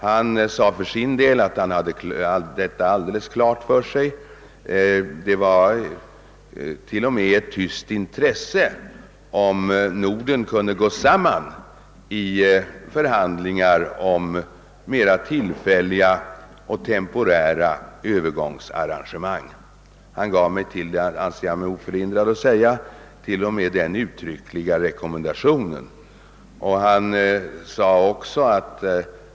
Han framhöll att han helt var på det klara med saken det var t.o.m. ett tyskt intresse att Norden kunde gå samman i förhandlingar om mera tillfälliga och temporära Öövergångsarrangemang. Han gav mig — det anser jag mig oförhindrad att säga — rent av den uttryckliga rekommendationen att arbeta för en sådan lösning.